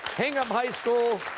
hingham high school,